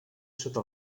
sota